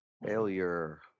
Failure